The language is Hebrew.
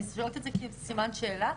אני שואלת את זה כסימן שאלה.